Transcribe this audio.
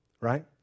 Right